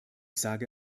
sage